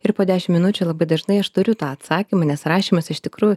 ir po dešim minučių labai dažnai aš turiu tą atsakymą nes rašymas iš tikrųjų